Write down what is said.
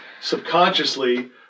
subconsciously